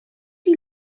you